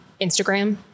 Instagram